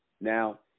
Now